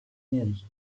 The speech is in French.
neri